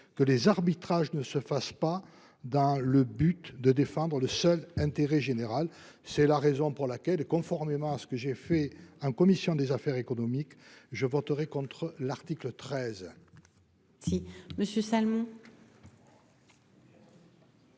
que les arbitrages ne se fassent pas dans le but de défendre le seul intérêt général. C'est la raison pour laquelle, comme je l'ai fait en commission des affaires économiques, je voterai contre l'article 13. La parole est à M.